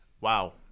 wow